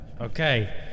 Okay